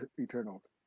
eternals